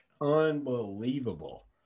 unbelievable